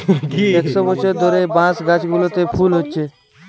একশ বছর ধরে বাঁশ গাছগুলোতে ফুল হচ্ছে